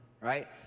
right